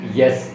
yes